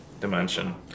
dimension